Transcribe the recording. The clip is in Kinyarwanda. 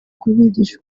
kubigisha